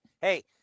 Hey